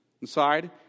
inside